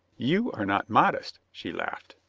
you are not modest, she laughed.